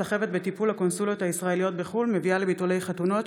סחבת בטיפול הקונסוליות הישראליות בחו"ל מביאה לביטולי חתונות.